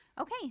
Okay